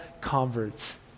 converts